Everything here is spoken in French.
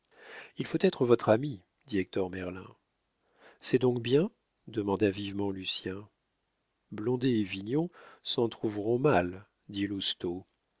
il faut être votre ami dit hector merlin c'est donc bien demanda vivement lucien blondet et vignon s'en trouveront mal dit